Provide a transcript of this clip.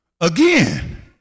again